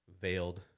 veiled